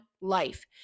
life